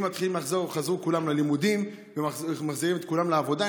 אם מתחילים לחזור כולם ללימודים ומחזירים את כולם לעבודה,